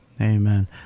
Amen